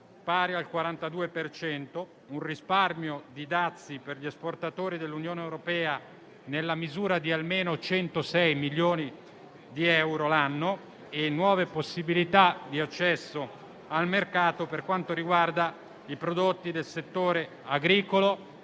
per cento; un risparmio di dazi per gli esportatori dell'Unione europea nella misura di almeno 106 milioni di euro l'anno e nuove possibilità di accesso al mercato per quanto riguarda i prodotti del settore agricolo,